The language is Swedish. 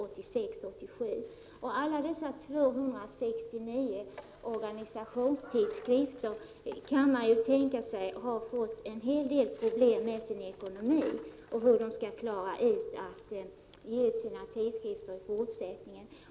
Man kan tänka sig att alla dessa 269 organisationstidskrifter får problem med sin ekonomi och med utgivningen i fortsättningen.